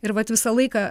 ir vat visą laiką